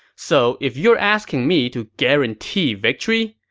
so if you're asking me to guarantee victory,